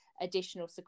additional